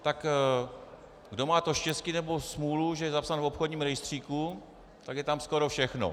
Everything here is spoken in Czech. Tak kdo má to štěstí, nebo smůlu, že je zapsán v obchodním rejstříku, tak je tam skoro všechno.